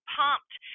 pumped